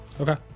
okay